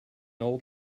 old